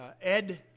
Ed